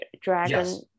dragon